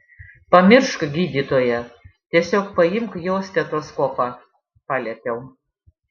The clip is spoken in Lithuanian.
pamiršk gydytoją tiesiog paimk jo stetoskopą paliepiau